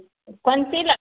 कोन ची ले